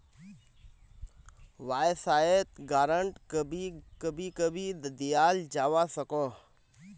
वाय्सायेत ग्रांट कभी कभी दियाल जवा सकोह